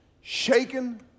shaken